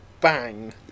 bang